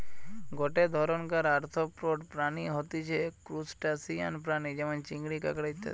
গটে ধরণকার আর্থ্রোপড প্রাণী হতিছে ত্রুসটাসিয়ান প্রাণী যেমন চিংড়ি, কাঁকড়া ইত্যাদি